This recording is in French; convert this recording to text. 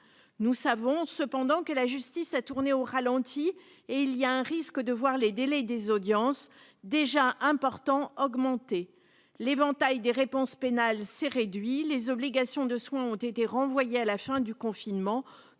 nous savons cependant que la justice a tourné au ralenti et il y a un risque de voir les délais des audiences déjà important augmenter l'éventail des réponses pénales s'est réduit, les obligations de soins ont été renvoyés à la fin du confinement,